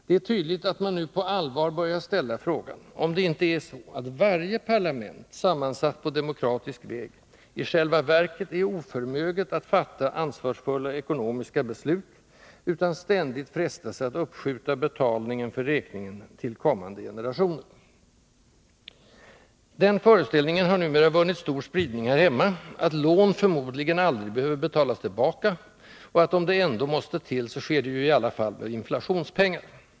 Det är tydligt att man nu på allvar börjar ställa frågan om det inte är så att varje parlament, sammansatt på demokratisk väg, i själva verket är oförmöget att fatta ansvarsfulla ekonomiska beslut utan ständigt frestas att uppskjuta betalningen för räkningen till kommande generationer. Den föreställningen har numera vunnit stor spridning här hemma, att lån förmodligen aldrig behöver betalas tillbaka och att om det ändå måste till, så sker det ju i alla fall med inflationspengar.